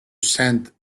send